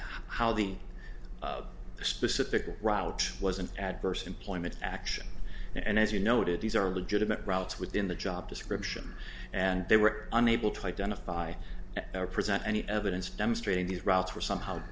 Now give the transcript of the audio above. how the specific route was an adverse employment action and as you noted these are legitimate routes within the job description and they were unable to identify or present any evidence demonstrating these routes were somehow